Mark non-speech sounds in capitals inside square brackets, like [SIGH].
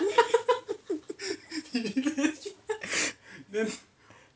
[LAUGHS]